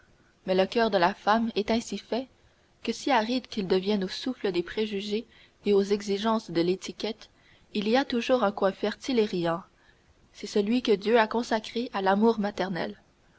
mais le coeur de la femme est ainsi fait que si aride qu'il devienne au souffle des préjugés et aux exigences de l'étiquette il y a toujours un coin fertile et riant c'est celui que dieu a consacré à l'amour maternel